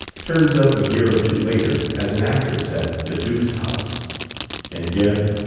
turns up a year or two later as an actress at the duke's house and deb,